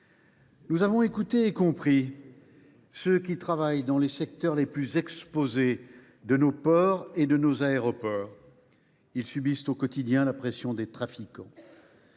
Nous avons écouté et compris ceux qui travaillent dans les secteurs les plus exposés de nos ports et de nos aéroports. Ils subissent au quotidien la pression des trafiquants.